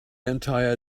entire